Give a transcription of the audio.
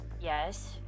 Yes